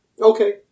Okay